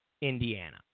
Indiana